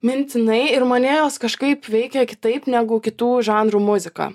mintinai ir mane jos kažkaip veikia kitaip negu kitų žanrų muziką